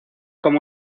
como